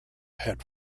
had